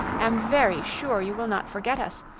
am very sure you will not forget us,